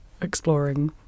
exploring